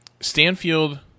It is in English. Stanfield